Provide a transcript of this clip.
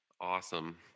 awesome